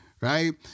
right